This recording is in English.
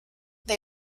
they